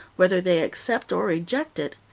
whether they accept or reject it.